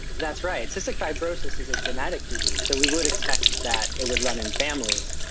that's right. cystic fibrosis is a genetic disease, so we would expect that it would run in families.